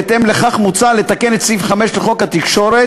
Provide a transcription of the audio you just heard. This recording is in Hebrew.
בהתאם לכך מוצע לתקן את סעיף 5 לחוק התקשורת